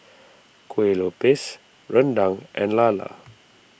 Kueh Lupis Rendang and Lala